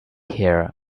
here